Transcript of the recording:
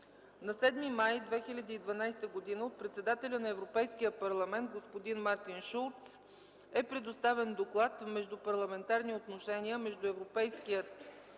На 7 май 2012 г. от председателя на Европейския парламент господин Мартин Шулц е предоставен доклад „Междупарламентарни отношения между Европейския парламент